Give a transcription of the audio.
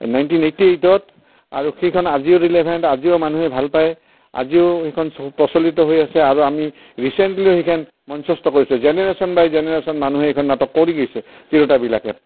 nineteen eighty এইটত আৰু সেইখন আজিও ৰিলেভেণ্ট আজিও মানুহে ভাল পায় আজিও সেইখন প্ৰচলিত হৈ আছে আৰু আমি ৰিচেণ্টলি সেইখন মঞ্চস্থ কৰিছোঁ জেনেৰেশ্যন বাই জেনেৰেশ্যন মানুহে সেইখন নাটক কৰি গৈছে তিৰোতাবিলাকে